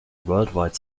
worldwide